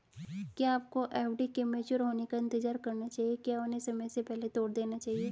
क्या आपको एफ.डी के मैच्योर होने का इंतज़ार करना चाहिए या उन्हें समय से पहले तोड़ देना चाहिए?